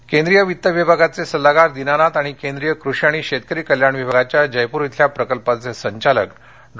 धळे पाहणी केंद्रीय वित्त विभागाचे सल्लागार दिना नाथ आणि केंद्रीय कृषी आणि शेतकरी कल्याण विभागाच्या जयपूर येथील प्रकल्पाचे संचालक डॉ